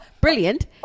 Brilliant